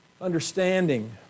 understanding